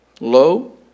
low